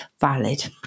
valid